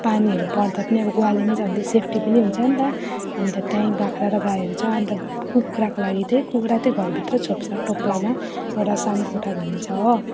पानीहरू पर्दा पनि अब ग्वालीमा झन् त्यो सेफ्टी पनि हुन्छ नि त अनि त त्यहीँ बाख्रा र गाईहरू छ अनि त कुखुराको लागि त्यही कुखुरा त्यहीँ घरभित्रै छोप्छ टोप्लामा एउटा सानो कोठा भन्ने छ हो